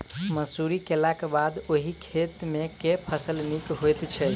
मसूरी केलाक बाद ओई खेत मे केँ फसल नीक होइत छै?